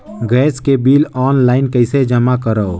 Gas के bill online कइसे जमा करव?